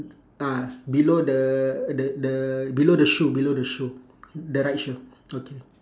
ah below the the the below the shoe below the shoe the right shoe okay